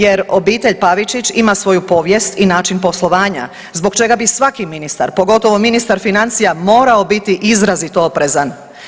Jer obitelj Pavičić ima svoju povijest i način poslovanja, zbog čega bi svaki ministar, pogotovo ministar financija morao biti izrazito oprezan.